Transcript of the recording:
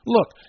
Look